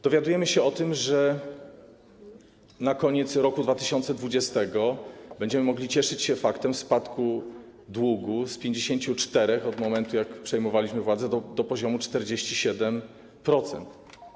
Dowiadujemy się, że na koniec roku 2020 będziemy mogli cieszyć się faktem spadku długu z 54% - w momencie jak przejmowaliśmy władzę - do poziomu 47%.